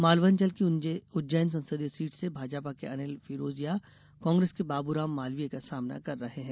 मालवांचल की उज्जैन संसदीय सीट से भाजपा के अनिल फिरोजिया कांग्रेस के बाबूराम मालवीय का सामना कर रहे हैं